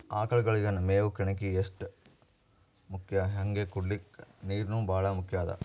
ಆಕಳಗಳಿಗ್ ಮೇವ್ ಕಣಕಿ ಎಷ್ಟ್ ಮುಖ್ಯ ಹಂಗೆ ಕುಡ್ಲಿಕ್ ನೀರ್ನೂ ಭಾಳ್ ಮುಖ್ಯ ಅದಾ